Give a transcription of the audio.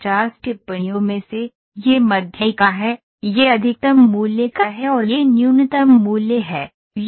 50 टिप्पणियों में से यह मध्यिका है यह अधिकतम मूल्य का है और यह न्यूनतम मूल्य है यह पंक्ति 1 है